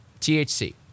THC